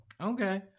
okay